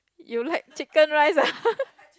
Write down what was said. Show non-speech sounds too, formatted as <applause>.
you like chicken rice ah <laughs>